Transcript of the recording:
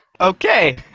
Okay